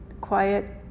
quiet